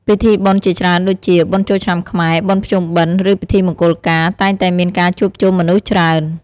ពិធីបុណ្យជាច្រើនដូចជា បុណ្យចូលឆ្នាំខ្មែរ បុណ្យភ្ជុំបិណ្ឌ ឬពិធីមង្គលការ តែងតែមានការជួបជុំមនុស្សច្រើន។